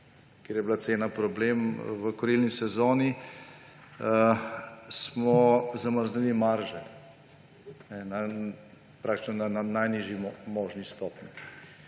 ker je bila cena problem v kurilni sezoni, smo zamrznili marže praktično na najnižji možni stopnji.